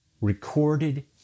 recorded